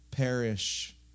perish